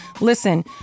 listen